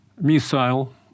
missile